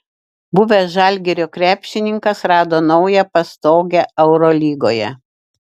buvęs žalgirio krepšininkas rado naują pastogę eurolygoje